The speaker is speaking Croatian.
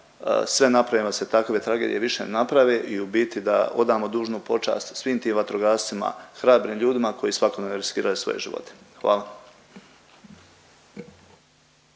sve napravimo da se takve tragedije više ne naprave i u biti da odamo dužnu počast svim tim vatrogascima, hrabrim ljudima koji svakodnevno riskiraju svoje živote. Hvala.